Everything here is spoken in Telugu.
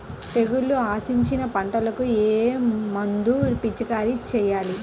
తెగుళ్లు ఆశించిన పంటలకు ఏ మందు పిచికారీ చేయాలి?